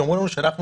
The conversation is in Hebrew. ותאמרו לנו שצדקנו.